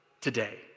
today